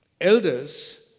Elders